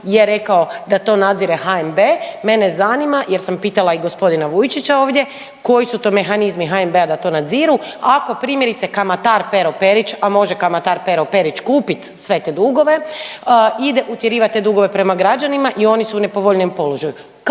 je rekao da to nadzire HNB, mene zanima jer sam pitala i g. Vujčića ovdje, koji su to mehanizmi HNB-a da to nadziru ako primjerice kamatar Pero Perić, a može kamatar Pero Perić kupit sve te dugove, ide utjerivat te dugove prema građanima i oni su u nepovoljnijem položaju,